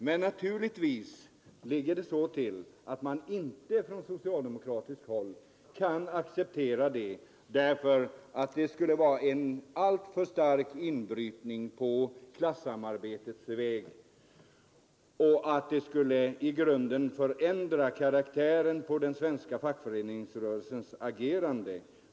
Men naturligtvis ligger det så till att man inte på socialdemokratiskt håll kan acceptera detta, därför att det skulle vara en alltför stark inbrytning i klassamarbetet och därför att det i grunden skulle förändra karaktären på den svenska fackföreningsrörelsens agerande.